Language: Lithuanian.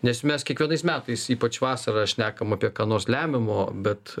nes mes kiekvienais metais ypač vasarą šnekam apie ką nors lemiamo bet